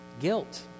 Guilt